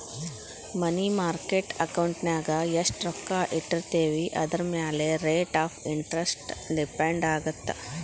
ಮನಿ market ಅಕೌಂಟಿನ್ಯಾಗ ಎಷ್ಟ್ ರೊಕ್ಕ ಇಟ್ಟಿರ್ತೇವಿ ಅದರಮ್ಯಾಲೆ ರೇಟ್ ಆಫ್ ಇಂಟರೆಸ್ಟ್ ಡಿಪೆಂಡ್ ಆಗತ್ತ